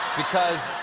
because,